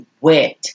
wet